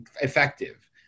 effective